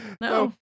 No